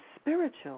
spiritual